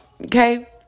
okay